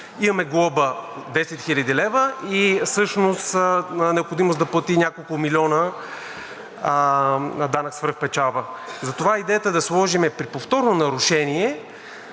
имаме глоба 10 хил. лв. и всъщност необходимост да плати няколко милиона данък свръхпечалба. Затова идеята е да сложим при повторно нарушение